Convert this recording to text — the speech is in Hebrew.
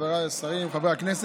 אין נמנעים.